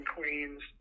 Queens